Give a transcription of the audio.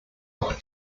auch